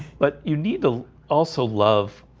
but you need to also love